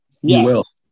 Yes